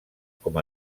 com